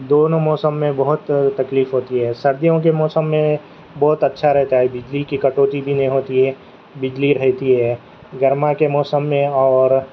دونوں موسم میں بہت تکلیف ہوتی ہے سردیوں کے موسم میں بہت اچھا رہتا ہے بجلی کی کٹوتی بھی نہیں ہوتی ہے بجلی رہتی ہے گرما کے موسم میں اور